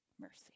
mercy